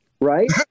right